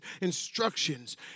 instructions